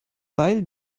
weil